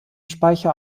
speicher